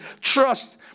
Trust